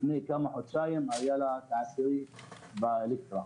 לפני חודשיים נהרג העובד העשירי של אלקטרה.